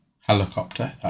Helicopter